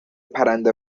پرنده